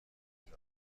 لازم